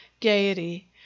gaiety